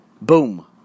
Boom